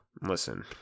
Listen